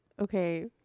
Okay